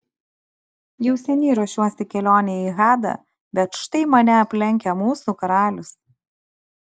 jau seniai ruošiuosi kelionei į hadą bet štai mane aplenkia mūsų karalius